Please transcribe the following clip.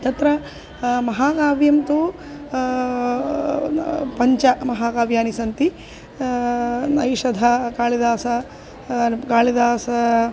तत्र महाकाव्यं तु पञ्च महाकाव्यानि सन्ति नैषधः कालिदासः कालिदासः